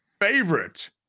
favorite